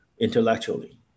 intellectually